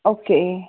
okay